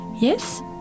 yes